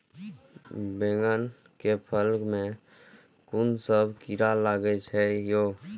बैंगन के फल में कुन सब कीरा लगै छै यो?